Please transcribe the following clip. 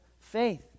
faith